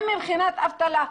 גם מבחינת אבטלה.